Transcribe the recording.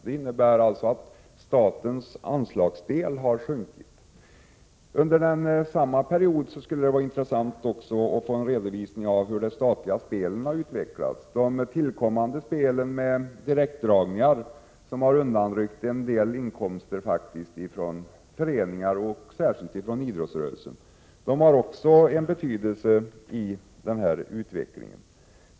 Det innebär att statsanslagens del har sjunkit. Det vore intressant att få en redovisning för hur de statliga spelen har utvecklats under samma tid. De tillkommande spelen med direktdragningar har ryckt undan en del inkomster från föreningar och särskilt från idrottsrörelsen. De har också betydelse i denna utveckling.